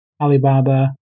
Alibaba